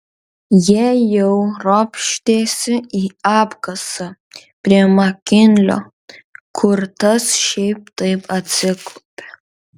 jie jau ropštėsi į apkasą prie makinlio kur tas šiaip taip atsiklaupė